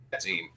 team